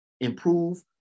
improve